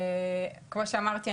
כפי שאמרתי,